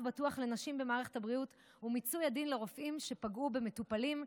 בטוח לנשים במערכת הבריאות ומיצוי הדין לרופאים שפגעו במטופלים,